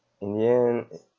in the end it